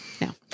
No